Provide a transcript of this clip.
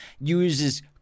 uses